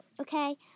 Okay